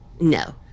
no